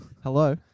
Hello